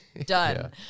done